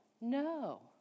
No